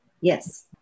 Yes